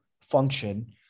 function